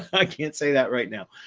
i can't say that right now.